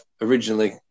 originally